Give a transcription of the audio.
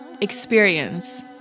experience